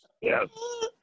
Yes